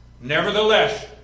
Nevertheless